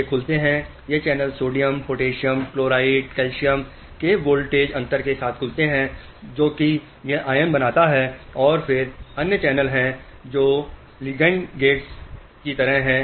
ये खुलते हैं ये channel sodium potassium chloride calcium के वोल्टेज अंतर के साथ खुलते हैं जो कि यह ION बनाता है और फिर अन्य चैनल हैं जो LIGEND GATED गेटेड की तरह हैं